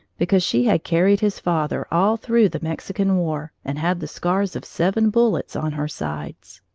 because she had carried his father all through the mexican war and had the scars of seven bullets on her sides.